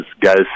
guys